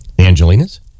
Angelina's